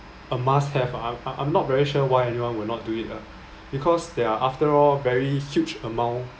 a must have ah I'm I'm not very sure why anyone would not do it ah because they are after all very huge amount